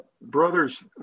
brothers